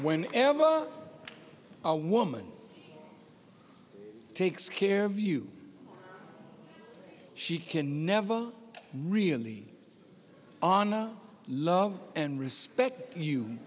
emma a woman takes care of you she can never really onna love and respect you